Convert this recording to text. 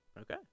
Okay